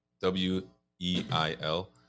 w-e-i-l